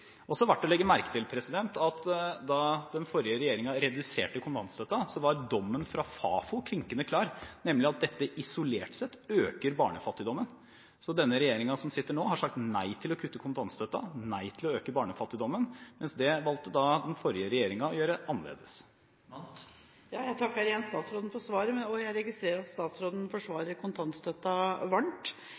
å legge merke til at da den forrige regjeringen reduserte kontantstøtten, var dommen fra Fafo klinkende klar, nemlig at dette isolert sett øker barnefattigdommen. Så den regjeringen som sitter nå, har sagt nei til å kutte kontantstøtten og nei til å øke barnefattigdommen – men det valgte den forrige regjeringen å gjøre annerledes. Jeg takker igjen statsråden for svaret og registrerer at han forsvarer kontantstøtten varmt,